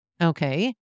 Okay